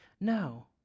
No